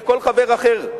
וכל חבר אחר,